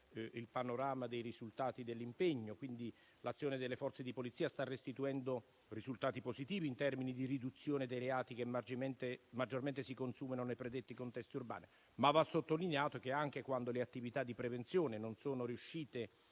il panorama dei risultati dell'impegno profuso. Quindi, l'azione delle Forze di polizia sta restituendo risultati positivi in termini di riduzione dei reati che maggiormente si consumano nei predetti contesti urbani. Va però sottolineato che, anche quando le attività di prevenzione non sono riuscite